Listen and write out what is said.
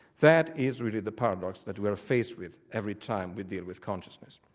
that is really the paradox that we're faced with every time we deal with consciousness.